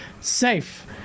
safe